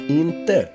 inte